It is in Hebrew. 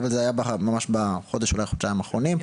אבל זה היה ממש בחודש אולי חודשיים אחרונים,